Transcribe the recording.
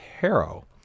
Harrow